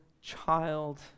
child